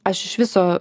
aš iš viso